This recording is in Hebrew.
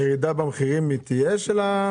תהיה ירידה במחירים של הרכבים?